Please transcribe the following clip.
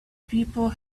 people